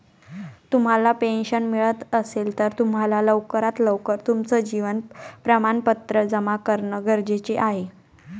तुम्हाला पेन्शन मिळत असेल, तर तुम्हाला लवकरात लवकर तुमचं जीवन प्रमाणपत्र जमा करणं गरजेचे आहे